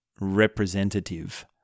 representative